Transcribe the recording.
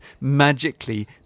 magically